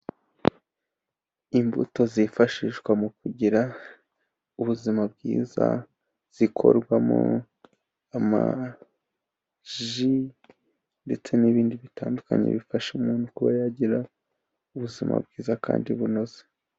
Imbuto zifashishwa mu kugira ubuzima bwiza, zikorwamo amaji ndetse n'ibindi bitandukanye bifasha umuntu kuba yagira ubuzima bwiza kandi bunoze.